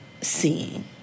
seeing